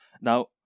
Now